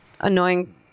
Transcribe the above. annoying